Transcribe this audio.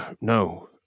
No